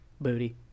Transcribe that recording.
Booty